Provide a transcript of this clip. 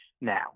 now